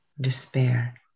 despair